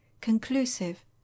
conclusive